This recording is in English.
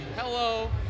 Hello